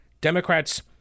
Democrats